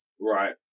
Right